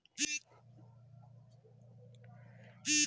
बछड़ा बछड़ी से डेयरी में गौवंश के वृद्धि होवित रह हइ